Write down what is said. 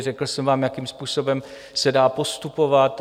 Řekl jsem vám, jakým způsobem se dá postupovat.